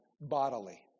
bodily